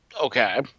Okay